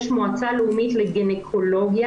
יש מועצה לאומית לגינקולוגיה,